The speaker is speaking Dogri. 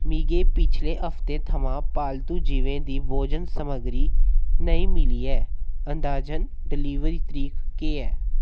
मिगी पिछले हफ्ते थमां पालतू जीवें दी भोजन समग्री नेईं मिली ऐ अंदाजन डलीवरी तरीक केह् ऐ